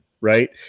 Right